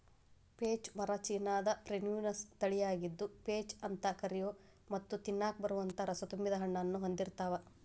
peach ಮರ ಚೇನಾದ Prunus ನ ತಳಿಯಾಗಿದ್ದು, ಪೇಚ್ ಅಂತ ಕರಿಯೋ ಮತ್ತ ತಿನ್ನಾಕ ಬರುವಂತ ರಸತುಂಬಿದ ಹಣ್ಣನ್ನು ಹೊಂದಿರ್ತಾವ